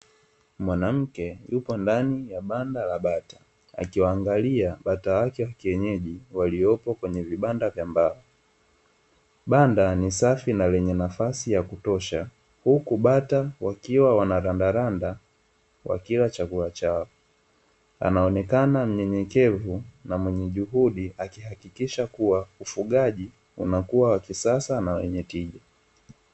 Mwanamke yupo ndani ya banda la bata, akiwaangalia bata wake wakienyeji waliopo kwenye vibanda vya mbao. Banda ni safi na lenye nafasi ya kutosha huku bata wakiwa wanarandaranda wakila chakula chao. Anaonekana mnyenyekevu na mwenye juhudi akihakikisha kuwa ufugaji unakuwa wa kisasa na wenye tija.